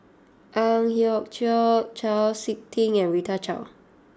Ang Hiong Chiok Chau Sik Ting and Rita Chao